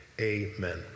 Amen